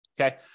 Okay